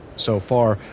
so far,